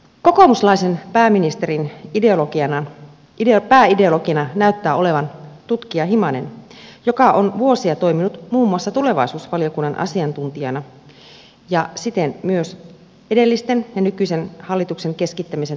kokoomuslaisen pääministerin pääideologina näyttää olevan tutkija himanen joka on vuosia toiminut muun muassa tulevaisuusvaliokunnan asiantuntijana ja siten myös edellisten ja nykyisen hallituksen keskittämisen taustavoimana